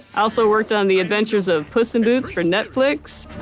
also worked on the adventures of puss in boots for netflix,